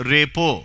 Repo